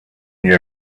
you